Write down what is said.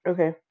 Okay